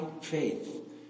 faith